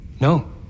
No